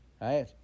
right